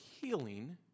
healing